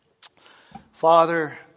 Father